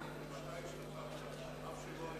אף שלא,